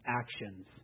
actions